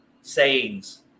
sayings